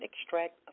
extract